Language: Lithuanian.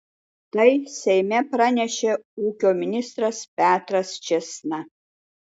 tai seime pranešė ūkio ministras petras čėsna